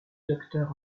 docteur